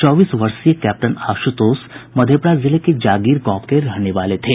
चौबीस वर्षीय कैप्टन आशुतोष मधेपुरा जिले जागीर गांव के रहने वाले थे